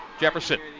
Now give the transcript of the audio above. Jefferson